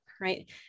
right